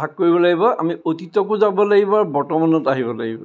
ভাগ কৰিব লাগিব আমি অতীততো যাব লাগিব বৰ্তমানত আহিব লাগিব